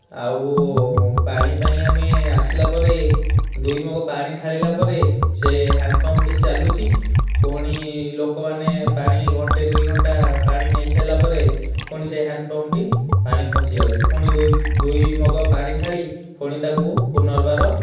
ଆଉ ପାଣି ପାଇଁ ଆମେ ଆସିଲାପରେ ଦୁଇ ମଗ ପାଣି ଢ଼ାଳିଲା ପରେ ସେ ହାଣ୍ଡ ପମ୍ପ୍ଟି ଚାଲୁଛି ପୁଣି ଲୋକମାନେ ପାଣି ଘଣ୍ଟେ ଦୁଇ ଘଣ୍ଟା ପାଣି ନେଇସାରିଲାପରେ ପୁଣି ସେ ହାଣ୍ଡ୍ ପମ୍ପ୍ଟି ପାଣି ଖସିଆସୁଛି ପୁଣି ଦୁଇ ମଗ ପାଣି ଢାଳି ପୁଣି ତାକୁ ପୁନର୍ବାର